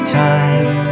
time